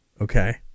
okay